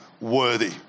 worthy